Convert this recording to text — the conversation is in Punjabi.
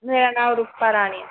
ਮੇਰਾ ਨਾਮ ਰੂਪਾ ਰਾਣੀ